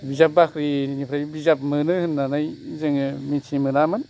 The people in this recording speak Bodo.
बिजाब बाख्रिनिफ्राय बिजाब मोनो होननानै जोङो मिथि मोनामोन